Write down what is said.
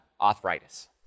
arthritis